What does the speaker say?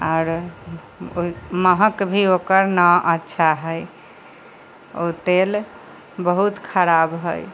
आओर ओहि महक भी ओकर नहि अच्छा हइ ओ तेल बहुत खराब हइ